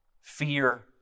fear